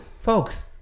folks